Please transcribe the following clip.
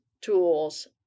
tools